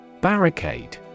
Barricade